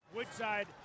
Woodside